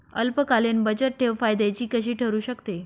अल्पकालीन बचतठेव फायद्याची कशी ठरु शकते?